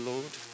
Lord